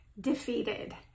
defeated